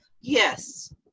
Yes